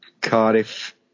Cardiff